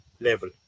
level